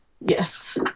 yes